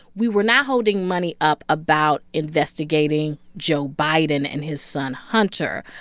we were not holding money up about investigating joe biden and his son hunter.